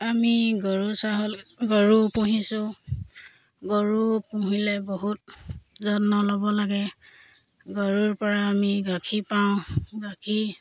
আমি গৰু গৰু পুহিছোঁ গৰু পুহিলে বহুত যত্ন ল'ব লাগে গৰুৰপৰা আমি গাখীৰ পাওঁ গাখীৰ